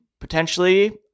potentially